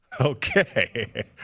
Okay